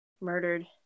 Murdered